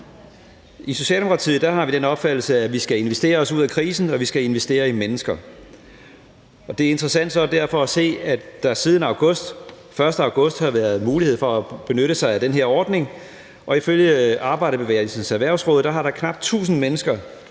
I Socialdemokratiet har vi den opfattelse, at vi skal investere os ud af krisen, og at vi skal investere i mennesker, og det er derfor interessant at se, at der siden den 1. august, hvorfra det har været en mulighed at benytte sig af den her ordning, ifølge Arbejderbevægelsens Erhvervsråd er knap 1.000 mennesker,